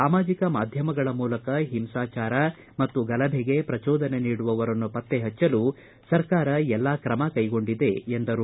ಸಾಮಾಜಿಕ ಮಾಧ್ಯಮಗಳ ಮೂಲಕ ಹಿಂಸಾಚಾರ ಮತ್ತು ಗಲಭೆಗೆ ಪ್ರಚೋದನೆ ನೀಡುವವರನ್ನು ಪತ್ತೆ ಹಚ್ನಲು ಸರ್ಕಾರ ಎಲ್ಲಾ ಕ್ರಮ ಕೈಗೊಂಡಿದೆ ಎಂದರು